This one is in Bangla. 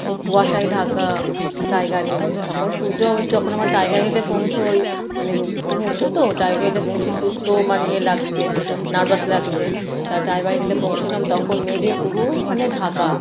সে কুয়াশায় ঢাকা টাইগার হিলে তখন সূর্যও বেশ যখন আমার টাইগার হিলে পৌঁছোই মানে খুব উঁচু তো টাইগার হিলে পৌঁছে খুব তো মানে ইয়ে লাগছে নার্ভাস লাগছে তা টাইগার হিলে পৌঁছোলাম তখন মেঘে পুরো মানে ঢাকা